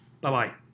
Bye-bye